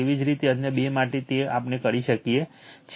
તેવી જ રીતે અન્ય બે માટે છે જે આપણે કરી શકીએ છીએ